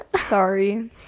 Sorry